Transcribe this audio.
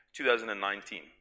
2019